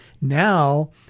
now